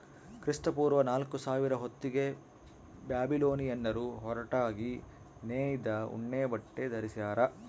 ಕ್ರಿಸ್ತಪೂರ್ವ ನಾಲ್ಕುಸಾವಿರ ಹೊತ್ತಿಗೆ ಬ್ಯಾಬಿಲೋನಿಯನ್ನರು ಹೊರಟಾಗಿ ನೇಯ್ದ ಉಣ್ಣೆಬಟ್ಟೆ ಧರಿಸ್ಯಾರ